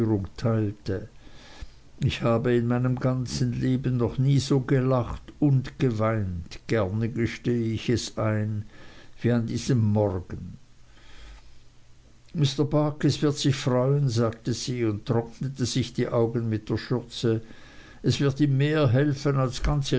ich habe in meinem ganzen leben noch nicht so gelacht und geweint gern gestehe ich es ein wie an diesem morgen und barkis wird sich freuen sagte sie und trocknete sich die augen mit der schürze es wird ihm mehr helfen als ganze